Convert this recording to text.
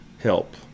help